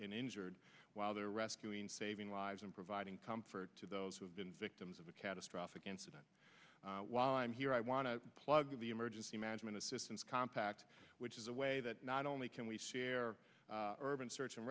injured while they're rescuing saving lives and providing comfort to those who have been victims of a catastrophic incident while i'm here i want to plug in the emergency management assistance compact which is a way that not only can we share urban search and